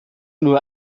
nur